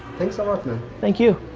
thanks a lot man. thank you.